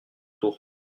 tour